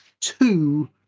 two